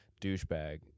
douchebag